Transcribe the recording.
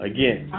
Again